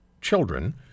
children